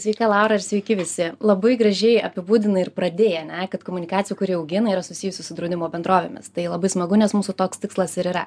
sveika laura ir sveiki visi labai gražiai apibūdinai ir pradėjai ane kad komunikacijų kuri augina yra susijusi su draudimo bendrovėmis tai labai smagu nes mūsų toks tikslas ir yra